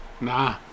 Nah